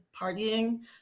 partying